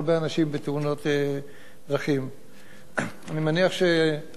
אני מניח שהשואלים ערים לעובדה שיש מאמץ פיתוח